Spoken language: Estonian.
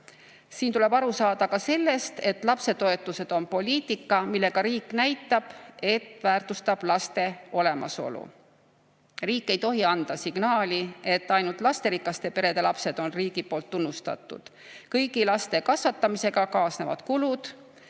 Siin tuleb aru saada ka sellest, et lapsetoetused on poliitika, millega riik näitab, et väärtustab laste olemasolu. Riik ei tohi anda signaali, et ainult lasterikaste perede lapsed on riigis tunnustatud. Kõigi laste kasvatamisega kaasnevad kulud.